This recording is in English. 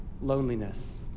loneliness